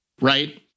Right